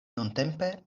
nuntempe